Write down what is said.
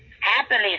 happily